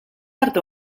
arte